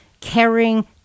Caring